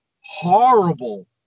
horrible